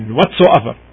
whatsoever